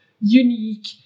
unique